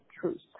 truth